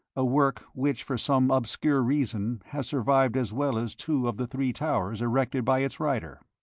a work which for some obscure reason has survived as well as two of the three towers erected by its writer.